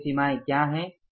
तो वे सीमाएँ क्या हैं